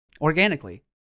organically